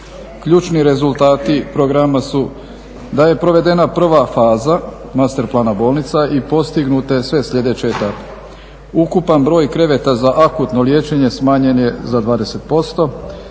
Ključni rezultati programa su da je provedena prva faza master plana bolnica i postignute sve sljedeće etape. Ukupan broj kreveta za akutno liječenje smanjen je za 20%